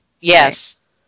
yes